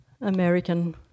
American